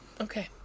Okay